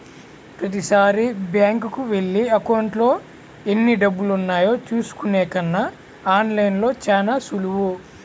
ప్రతీసారీ బ్యేంకుకెళ్ళి అకౌంట్లో ఎన్నిడబ్బులున్నాయో చూసుకునే కన్నా ఆన్ లైన్లో చానా సులువు